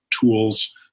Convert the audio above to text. tools